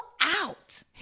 out